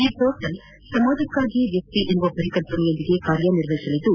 ಈ ಪೋರ್ಟಲ್ ಸಮಾಜಕಾಗಿ ವ್ಯಕ್ತಿ ಎಂಬ ಪರಿಕಲ್ಪನೆಯೊಂದಿಗೆ ಕಾರ್ಯನಿರ್ವಹಿಸಲಿದ್ದು